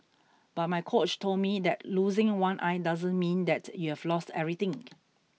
but my coach told me that losing one eye doesn't mean that you have lost everything